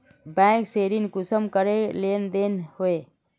Bank से ऋण कुंसम करे लेन देन होए?